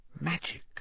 Magic